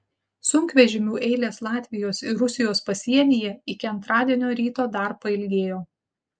sunkvežimių eilės latvijos ir rusijos pasienyje iki antradienio ryto dar pailgėjo